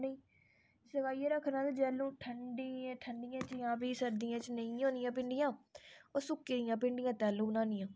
इ'यां गै सारे भांडे चाहिदे होंदे छोटे बड्डे गलास जि'यां जूस आह्ले गलास छोटे होंदे फ्ही उ'दे कोला छोटे गलास चाही आह्ले होंदे ते ओह् बी चाहिदे होंदे